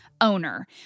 owner